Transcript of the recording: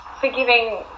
forgiving